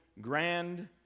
grand